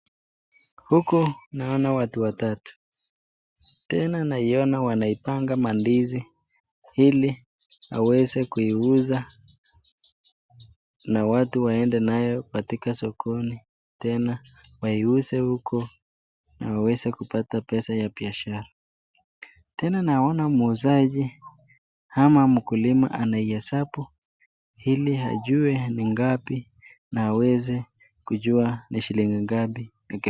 Huku naona watu watatu ,tena naona waipanga mandizi ili waweze kuiuza na watu waende nayo sokoni na waiuze huko waweze kupata pesa ya biashara. Tena naona muuzaji ama mkulima anaihesabu ili aweze kujua ni ngapi na aweze kujua ni shilingi ngapi.